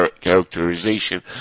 characterization